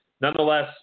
nonetheless